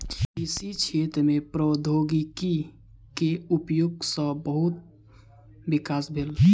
कृषि क्षेत्र में प्रौद्योगिकी के उपयोग सॅ बहुत विकास भेल